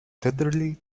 tenderly